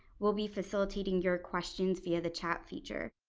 will be facilitating your questions via the chat feature.